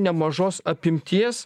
nemažos apimties